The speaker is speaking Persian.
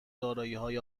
داراییهای